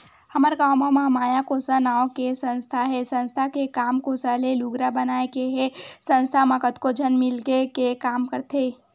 हमर गाँव म महामाया कोसा नांव के संस्था हे संस्था के काम कोसा ले लुगरा बनाए के हे संस्था म कतको झन मिलके के काम करथे